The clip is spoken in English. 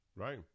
Right